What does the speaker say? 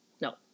No